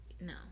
no